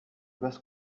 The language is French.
basse